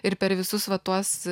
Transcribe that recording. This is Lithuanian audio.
ir per visus va tuos